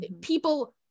people